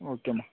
okay அம்மா